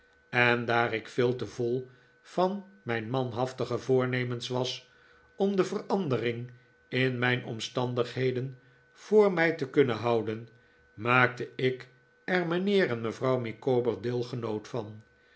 en daar ik veel te vol van mijn manhaftige voornemens was om de verandering in mijn omstandigheden voor mij te kun'nen houden maakte ik er mijnheer en mevrouw micawber deelgenoot van